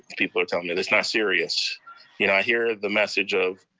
people are telling me, that's not serious. you know i hear the message of,